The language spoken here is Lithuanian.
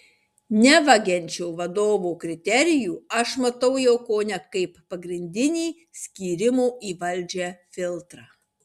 nevagiančio vadovo kriterijų aš matau jau kone kaip pagrindinį skyrimo į valdžią filtrą